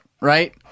right